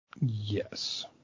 Yes